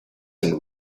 and